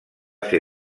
ser